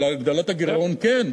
להגדלת הגירעון, כן.